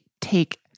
take